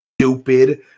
stupid